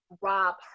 rob